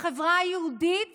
לחברה היהודית